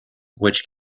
which